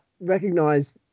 recognize